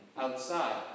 outside